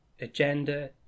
agenda